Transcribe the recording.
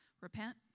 Repent